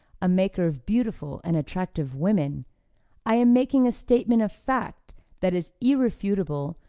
a maker of beautiful and attractive women i am making a statement of fact that is irrefutable,